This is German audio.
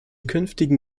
künftigen